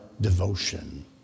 devotion